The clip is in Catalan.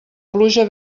pluja